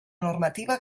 normativa